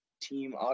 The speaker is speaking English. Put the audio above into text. Team